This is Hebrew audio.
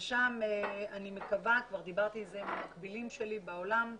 ושם אני מקווה כבר דיברתי על זה עם מקבילים שלי בעולם,